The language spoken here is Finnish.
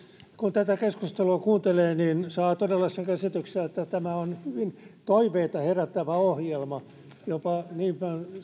kun tätä keskustelua kuuntelee niin saa todella sen käsityksen että tämä on hyvin toiveita herättävä ohjelma